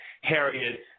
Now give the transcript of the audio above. Harriet